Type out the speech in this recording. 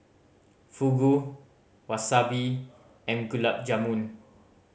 Fugu Wasabi and Gulab Jamun